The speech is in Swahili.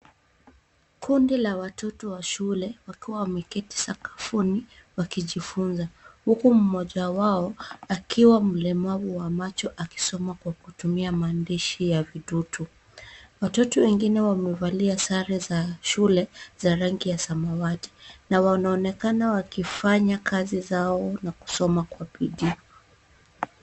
Kundi la watoto wa shule wakiwa wameketi sakafuni wakijifunza. Huku mmoja wao akiwa mlemavu wa macho akisoma kwa kutumia maandishi ya vitutu. Watoto wengine wamevalia sare za shule za rangi ya samawati na wanaoonekana wakifanya kazi zao na kusoma kwa bidii.